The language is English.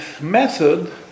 method